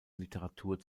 literatur